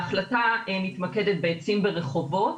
ההחלטה מתמקדת בעצים ברחובות,